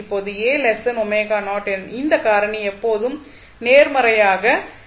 இப்போது இந்த காரணி எப்போதும் நேர்மறையாக இருந்தால்